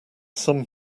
some